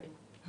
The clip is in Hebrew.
כן.